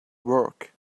work